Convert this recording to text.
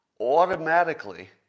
automatically